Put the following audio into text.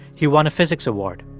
he won a physics award.